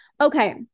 Okay